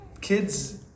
kids